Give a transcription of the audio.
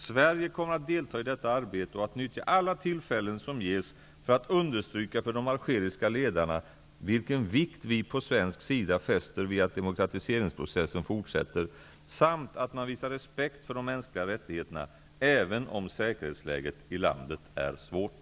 Sverige kommer att delta i detta arbete och att nyttja alla tillfällen som ges för att understryka för de algeriska ledarna vilken vikt vi på svensk sida fäster vid att demokratiseringsprocessen fortsätter samt att man visar respekt för de mänskliga rättigheterna, även om säkerhetsläget i landet är svårt.